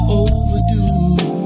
overdue